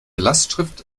lastschrift